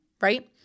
right